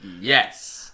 Yes